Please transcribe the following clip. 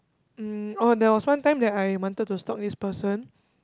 um oh there was one time that I wanted to stalk this person